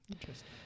Interesting